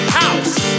house